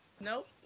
Nope